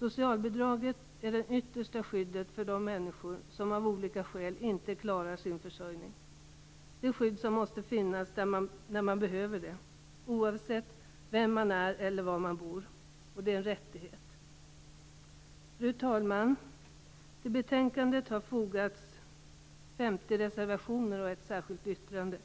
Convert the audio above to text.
Socialbidraget är det yttersta skyddet för de människor som av olika skäl inte klarar sin försörjning. Det är ett skydd som måste finnas när man behöver det - oavsett vem man är eller var man bor. Och det är en rättighet. Fru talman! Till betänkandet har fogats 50 reservationer och ett särskilt yttrande.